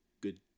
good